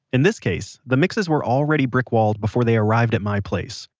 in this case, the mixes were already brickwalled before they arrived at my place.